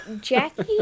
Jackie